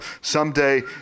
someday